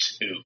Two